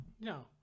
no